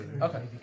Okay